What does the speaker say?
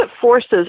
forces